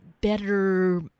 better